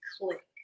click